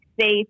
safe